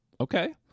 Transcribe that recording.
okay